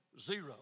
zero